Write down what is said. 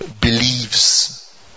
Believes